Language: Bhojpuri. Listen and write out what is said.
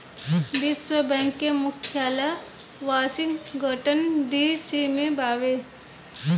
विश्व बैंक के मुख्यालय वॉशिंगटन डी.सी में बावे